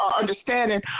understanding